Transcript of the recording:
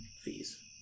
fees